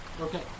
Okay